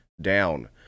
down